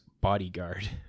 Bodyguard